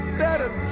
better